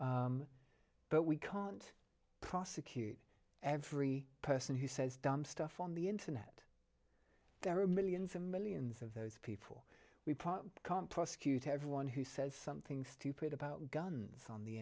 it but we can't prosecute every person who says dumb stuff on the internet there are millions and millions of those people we probably can't prosecute everyone who says something stupid about guns on the